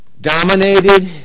dominated